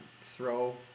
throw